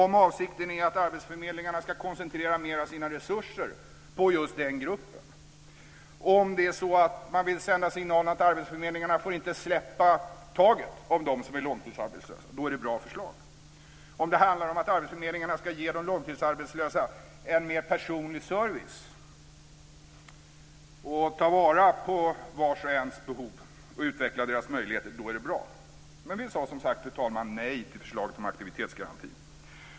Om avsikten är att arbetsförmedlingarna ska koncentrera mer av sina resurser på just den gruppen, om man vill sända signalen att arbetsförmedlingarna inte får släppa taget om dem som är långtidsarbetslösa är det ett bra förslag. Om det handlar om att arbetsförmedlingarna ska ge de långtidsarbetslösa en mer personlig service och ta vara på vars och ens behov och utveckla deras möjligheter är det bra. Vi sade, som sagt var, nej till förslaget om aktivitetsgaranti.